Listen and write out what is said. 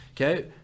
Okay